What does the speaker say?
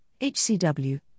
HCW